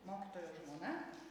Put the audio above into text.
mokytojo žmona